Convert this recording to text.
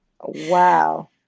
Wow